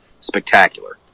spectacular